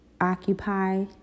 occupy